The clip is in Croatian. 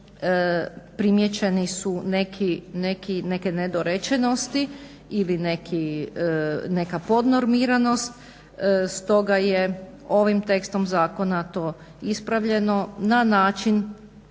primijećeni su neki, neke nedorečenosti ili neka podnormiranost. Stoga je ovim tekstom zakona ovo ispravljeno na način